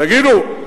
תגידו,